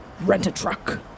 Rent-a-truck